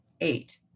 Eight